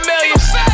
millions